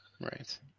Right